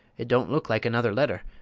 it don't look like another letter!